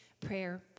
prayer